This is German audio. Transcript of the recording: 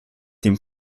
dem